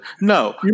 No